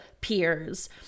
peers